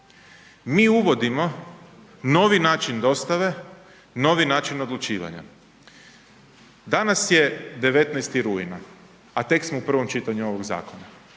Mi uvodimo novi način dostave, novi način odlučivanja. Danas je 19. rujna a tek smo u prvom čitanju ovog zakona.